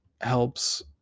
helps